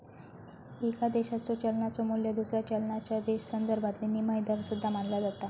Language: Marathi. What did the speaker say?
एका देशाच्यो चलनाचो मू्ल्य दुसऱ्या चलनाच्यो संदर्भात विनिमय दर सुद्धा मानला जाता